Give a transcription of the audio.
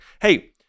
hey